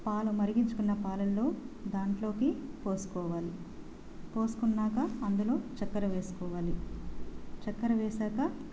పాలు మరిగించుకున్న పాలల్లో దాంట్లోకి పోసుకోవాలి పోసుకున్నాక అందులో చక్కర వేసుకోవాలి చక్కెర వేసాక